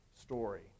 story